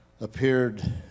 appeared